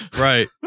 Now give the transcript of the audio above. Right